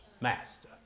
master